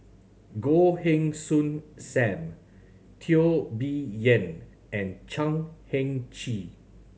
Goh Heng Soon Sam Teo Bee Yen and Chan Heng Chee